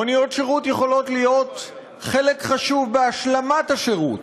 מוניות שירות יכולות להיות חלק חשוב בהשלמת השירות.